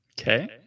Okay